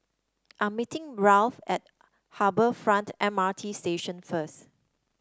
I'm meeting Ralph at Harbour Front M R T Station first